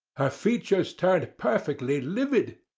her features turned perfectly livid.